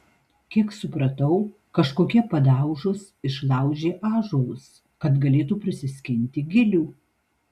kiek supratau kažkokie padaužos išlaužė ąžuolus kad galėtų prisiskinti gilių